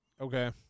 okay